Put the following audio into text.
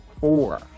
four